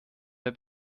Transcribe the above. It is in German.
mehr